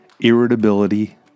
irritability